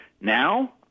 now